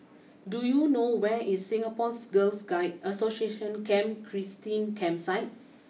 do you know where is Singapore Girl Guides Association Camp Christine Campsite